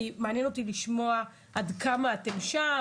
מעניין אותי לשמוע עד כמה אתם שם,